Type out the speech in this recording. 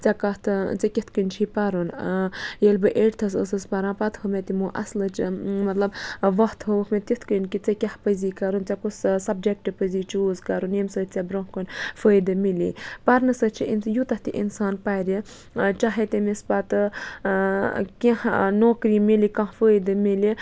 ژےٚ کَتھ ژےٚ کِتھ کَنۍ چھی پَرُن ییٚلہِ بہٕ ایٹتھَس ٲسٕس پَران پَتہٕ ہٲو مےٚ تِمو اَصلٕچ مطلب وَتھ ہٲوٕکھ مےٚ تِتھ کَنۍ کہِ ژےٚ کیٛاہ پَزی کَرُن ژےٚ کُس سَبجَکٹ پَزی چوٗز کَرُن ییٚمہِ سۭتۍ ژےٚ بروںٛہہ کُن فٲیدٕ مِلہِ پَرنہٕ سۭتۍ چھِ ایٚمہِ سۭتۍ یوٗتاہ تہِ اِنسان پَرِ چاہے تٔمِس پَتہٕ کینٛہہ نوکری مِلہِ کانٛہہ فٲیدٕ مِلہِ